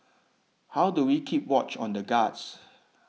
how do we keep watch on the guards